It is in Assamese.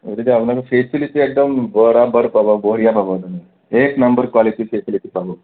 গতিকে আপোনালোকে ফেচেলিটি একদম বৰাবৰ পাব বঢ়িয়া পাব এক নম্বৰ কুৱালিটি ফেচিলিটি পাব